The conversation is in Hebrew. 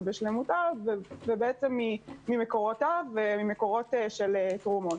בשלמותה ממקורותיו וממקורות של תרומות.